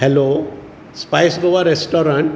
hello spice Goa restaurant